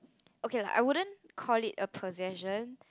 okay lah I wouldn't call it a possession